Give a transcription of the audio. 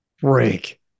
Break